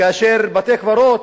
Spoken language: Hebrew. כאשר בבתי-קברות